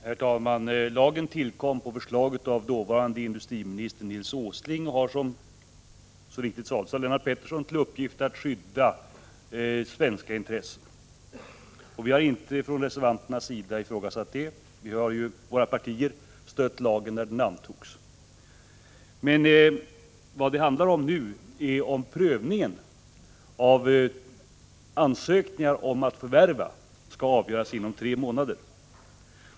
Herr talman! Lagen tillkom på förslag av dåvarande industriministern Nils G. Åsling och har, som så riktigt sades av Lennart Pettersson, till uppgift att skydda svenska intressen. Vi har inte från reservanternas sida ifrågasatt det. Våra partier stödde lagen när den antogs. Men vad det hadlar om nu är om prövningen av förvärvsansökningar skall göras inom tre månader.